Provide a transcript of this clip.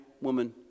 woman